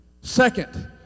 Second